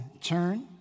turn